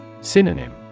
Synonym